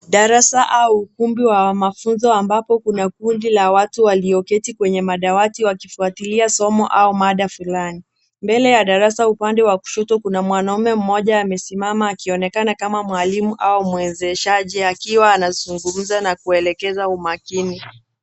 Darasa au ukumbi wa mafunzo ambapo kuna kundi la watu walioketi kwenye madawati wakifuatilia somo au mada fulani. Mbele ya darasa, upande wa kushoto kuna mwanaume mmoja amesimama akionekana kama mwalimu, au mwezeshaji akiwa anazungumza, na kuelekeza umakini.